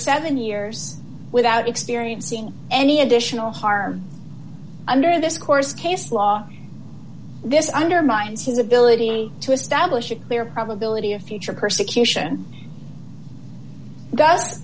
seven years without experiencing any additional harm under this course case law this undermines his ability to establish a clear probability of future persecution